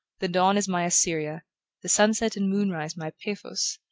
the dawn is my assyria the sun-set and moon-rise my paphos,